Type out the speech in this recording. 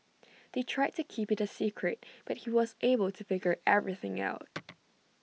they tried to keep IT A secret but he was able to figure everything out